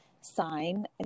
sign